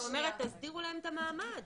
אומרת - תסדירו להם את המעמד.